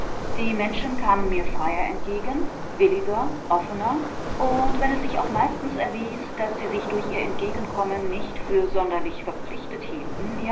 die menschen kamen mir freier entgegen williger offener und wenn es sich auch meistens erwies daß sie sich durch ihr entgegenkommen nicht für sonderlich verpflichtet hielten